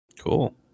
Cool